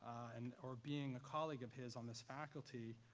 and or being a colleague of his on this faculty,